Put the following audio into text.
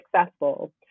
successful